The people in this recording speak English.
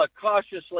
cautiously